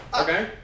Okay